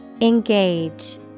engage